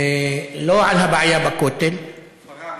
לא על הבעיה בכותל, פרארי.